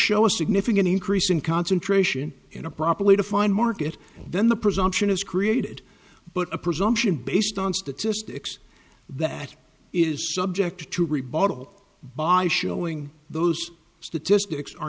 show a significant increase in concentration in a properly defined market then the presumption is created but a presumption based on statistics that is subject to rebuttal by showing those statistics are